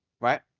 right